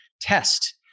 test